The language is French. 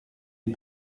est